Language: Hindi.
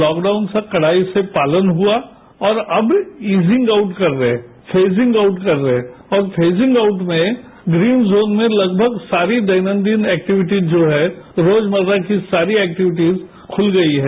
लॉकडाउन से कड़ाई से पालन हुआ और अब ईजिंग आउट कर रहे हैं फेजिंग आउट कर रहे है और फेजिंग आउट में ग्रीन जोन में लगभग सारी दैनन्दिन एक्टिविटीज जो हैं रोजमर्रा की सारी एक्टिविटीज खुल गई हैं